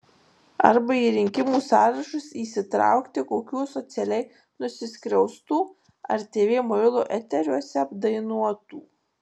arba į rinkimų sąrašus įsitraukti kokių socialiai nusiskriaustų ar tv muilo eteriuose apdainuotų